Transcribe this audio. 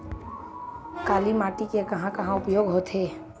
काली माटी के कहां कहा उपयोग होथे?